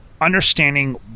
Understanding